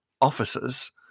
officers